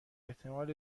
احتمال